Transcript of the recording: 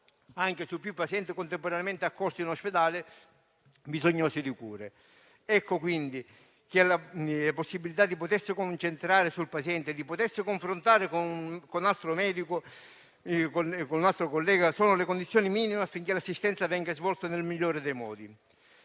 anche su più pazienti contemporaneamente accorsi in ospedale bisognosi di cure. Ecco, quindi, che le possibilità di concentrarsi sul paziente e di confrontarsi con un altro collega sono le condizioni minime affinché l'assistenza venga svolta nel migliore dei modi.